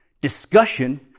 Discussion